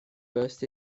burst